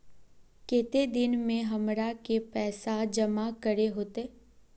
केते दिन में हमरा के पैसा जमा करे होते?